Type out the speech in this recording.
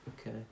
Okay